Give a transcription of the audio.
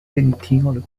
genitalia